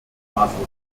castle